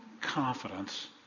confidence